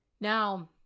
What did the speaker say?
now